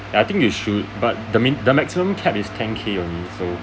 uh I think you should but the min~ the maximum cap is ten K only so